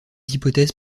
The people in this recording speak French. hypothèses